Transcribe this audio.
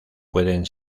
pueden